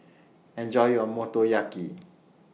Enjoy your Motoyaki